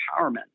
empowerment